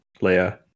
leia